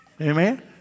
Amen